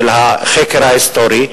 החקר ההיסטורי,